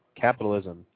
capitalism